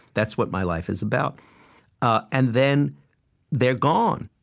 that's what my life is about ah and then they're gone.